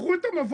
תקחו את המבוא,